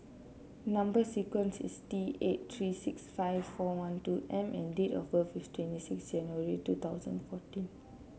number sequence is T eight three six five four one two M and date of birth is twenty six January two thousand and fourteen